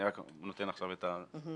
אני רק נותן עכשיו את המבנה.